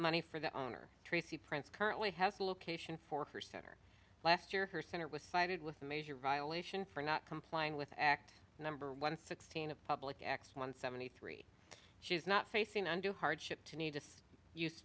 money for the owner tracy prince currently has a location for her center last year her center was cited with a major violation for not complying with act number one sixteen a public acts one seventy three she's not facing hardship to need to use